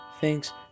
thanks